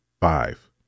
five